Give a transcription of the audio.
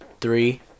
three